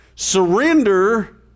Surrender